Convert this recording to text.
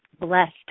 blessed